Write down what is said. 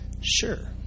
sure